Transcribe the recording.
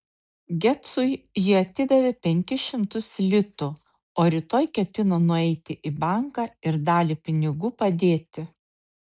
gecui ji atidavė penkis šimtus litų o rytoj ketino nueiti į banką ir dalį pinigų padėti